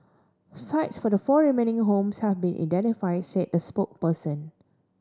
sites for the four remaining homes have been identified said the spokesperson